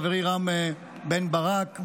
חברי רם בן ברק,